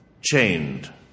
chained